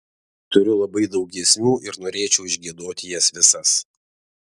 turiu labai daug giesmių ir norėčiau išgiedoti jas visas